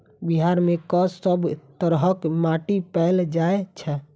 बिहार मे कऽ सब तरहक माटि पैल जाय छै?